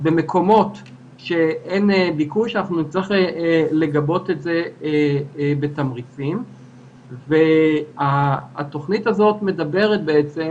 כדי לתת מענה מניעתי ולתת מענה לאוכלוסייה